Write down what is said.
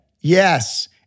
Yes